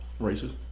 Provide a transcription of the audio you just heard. Racist